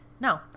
No